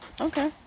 Okay